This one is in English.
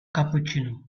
cappuccino